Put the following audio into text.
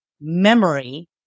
memory